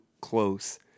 close